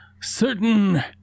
certain